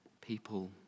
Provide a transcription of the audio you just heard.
people